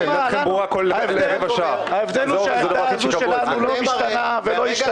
היא לא השתנתה.